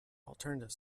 alternative